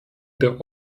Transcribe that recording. der